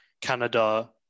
Canada